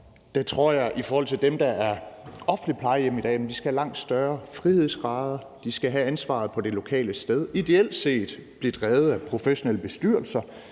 Og i forhold til dem, der er offentlige plejehjem i dag, tror jeg, at de skal have langt større frihedsgrader, de skal have ansvaret på det lokale sted, ideelt set blive drevet af professionelle bestyrelser